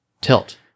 Tilt